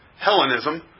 Hellenism